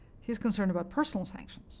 he's concerned about personal sanctions